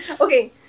Okay